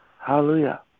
Hallelujah